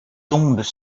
tombes